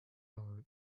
our